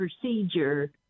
procedure